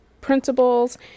principles